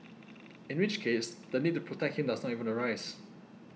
in which case the need to protect him does not even arise